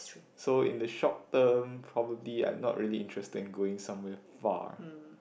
so in the short term probably I'm not really interested in going somewhere far